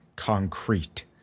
concrete